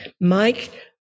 Mike